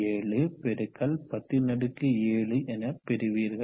7 பெருக்கல் 107 எனப் பெறுவீர்கள்